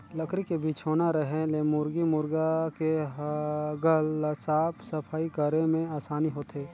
लकरी के बिछौना रहें ले मुरगी मुरगा के हगल ल साफ सफई करे में आसानी होथे